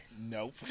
Nope